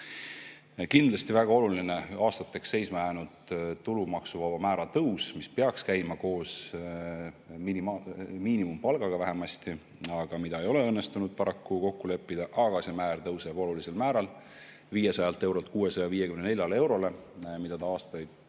sees. Kindlasti väga oluline on aastateks seisma jäänud maksuvaba tulu määra tõus, mis peaks käima koos miinimumpalgaga vähemasti, aga mida ei ole õnnestunud paraku kokku leppida. Aga see määr tõuseb olulisel määral: 500 eurolt 654 eurole, nagu ta aastatega